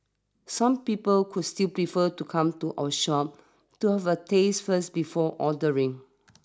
some people could still prefer to come to our shop to have a taste first before ordering